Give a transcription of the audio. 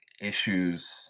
issues